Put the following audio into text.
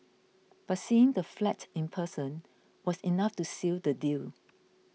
but seeing the flat in person was enough to seal the deal